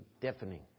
deafening